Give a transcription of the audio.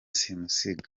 simusiga